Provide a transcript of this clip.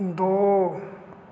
ਦੋ